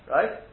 Right